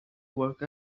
work